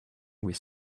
with